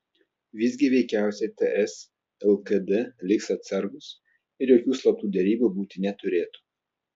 visgi veikiausiai ts lkd liks atsargūs ir jokių slaptų derybų būti neturėtų